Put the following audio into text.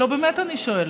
לא, באמת אני שואלת.